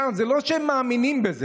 בטעות הוא הצביע מהמקום ליד מקומו.